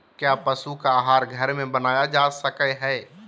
क्या पशु का आहार घर में बनाया जा सकय हैय?